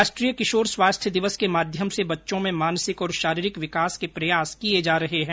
राष्ट्रीय किशोर स्वास्थ्य दिवस के माध्यम से बच्चों में मानसिक और शारीरिक विकास के प्रयास किए जा रहे है